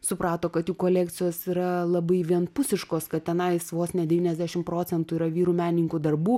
suprato kad jų kolekcijos yra labai vienpusiškos kad tenais vos ne devyniasdešim procentų yra vyrų meninkų darbų